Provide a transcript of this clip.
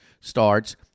starts